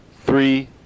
three